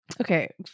Okay